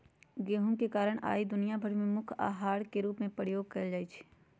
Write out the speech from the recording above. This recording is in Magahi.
गेहूम के कारणे आइ दुनिया भर में मुख्य अहार के रूप में प्रयोग कएल जाइ छइ